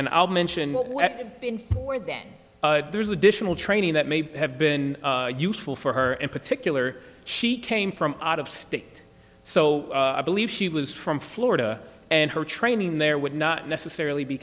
and i'll mention what weapon been for then there's additional training that may have been useful for her in particular she came from out of state so i believe she was from florida and her training there would not necessarily be